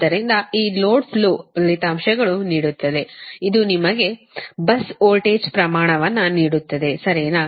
ಆದ್ದರಿಂದ ಈ load flow ಫಲಿತಾಂಶಗಳು ನೀಡುತ್ತದೆ ಇದು ನಿಮಗೆ bus ವೋಲ್ಟೇಜ್ ಪ್ರಮಾಣವನ್ನು ನೀಡುತ್ತದೆ ಸರಿನಾ